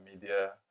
media